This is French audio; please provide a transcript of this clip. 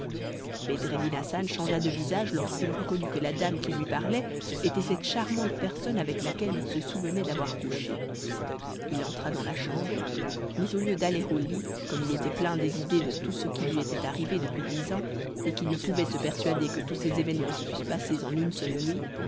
hassan changea de visage lorsqu'il reconnut que la dame qui lui parlait était cette charmante personne avec laquelle il se souvenait d'avoir couché il entra dans la chambre mais au lieu d'aller au lit comme il était plein des idées de tout ce qui lui était arrivé depuis dix ans et qu'il ne pouvait se persuader que tous ces événements se fussent passés en une seule nuit